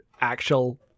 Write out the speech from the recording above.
actual